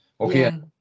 okay